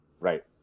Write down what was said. Right